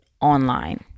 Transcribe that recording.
online